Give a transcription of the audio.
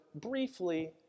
briefly